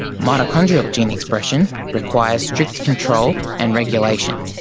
mitochondrial gene expression requires strict control and regulation,